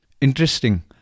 interesting